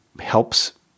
helps